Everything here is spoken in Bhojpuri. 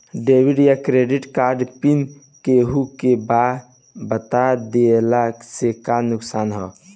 डेबिट या क्रेडिट कार्ड पिन केहूके बता दिहला से का नुकसान ह?